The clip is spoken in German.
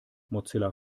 mozilla